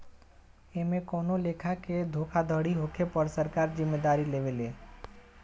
एमे कवनो लेखा के धोखाधड़ी होखे पर सरकार जिम्मेदारी लेवे ले